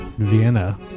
Vienna